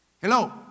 Hello